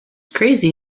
crazy